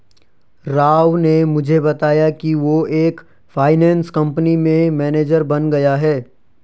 राव ने मुझे बताया कि वो एक फाइनेंस कंपनी में मैनेजर बन गया है